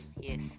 yes